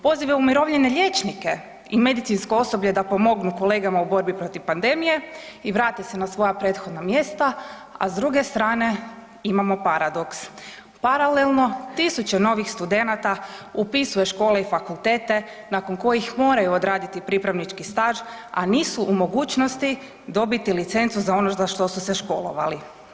Poziva umirovljene liječnike i medicinsko osoblje da pomognu kolegama u borbi protiv pandemije i vrate se na svoja prethodna mjesta, a s druge strane imamo paradoks paralelno tisuće novih studenata upisuje škole i fakultete nakon kojih moraju odraditi pripravnički staž a nisu u mogućnosti dobiti licencu za ono za što su se školovali.